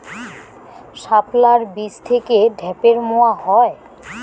শাপলার বীজ থেকে ঢ্যাপের মোয়া হয়?